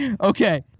Okay